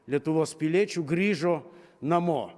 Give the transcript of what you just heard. lietuvos piliečių grįžo namo